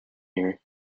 here